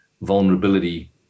vulnerability